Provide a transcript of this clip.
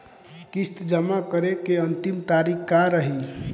किस्त जमा करे के अंतिम तारीख का रही?